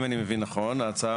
אם אני מבין נכון, ההצעה